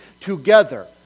together